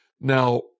Now